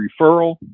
referral